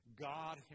God